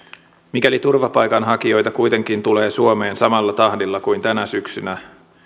mikäli turvapaikanhakijoita kuitenkin tulee suomeen samalla tahdilla kuin tänä syksynä